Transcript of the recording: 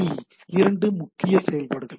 B இரண்டு முக்கிய செயல்பாடுகள்